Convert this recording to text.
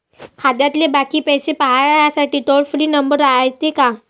खात्यातले बाकी पैसे पाहासाठी टोल फ्री नंबर रायते का?